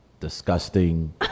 disgusting